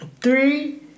three